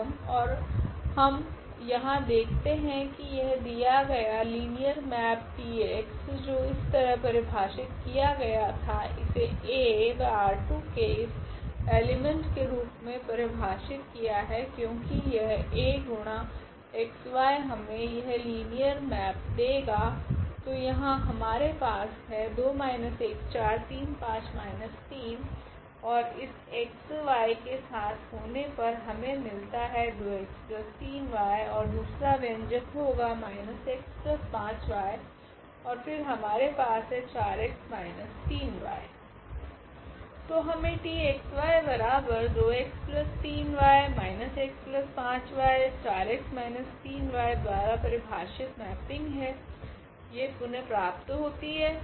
और हम यहाँ देखते हें की यह दिया गया लिनियर मैप T x जो इस तरह परिभाषित किया गया था इसे A व के इस एलिमंट के रूप में परिभाषित है क्यूंकी यह A गुणा x y हमें यह लीनियर मैप देगा तो यहाँ हमारे पास है ओर इस x y के साथ होने पर हमें मिलता है 2x3y और दूसरा व्यंजक होगा −x 5y और फिर हमारे पास है 4x - 3y तो हमे द्वारा परिभाषित मेपिंग ही पुनः प्राप्त होती है